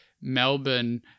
Melbourne